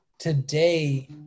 Today